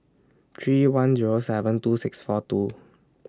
three one Zero seven two six four two